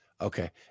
Okay